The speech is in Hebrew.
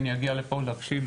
אני אגיע לפה להקשיב,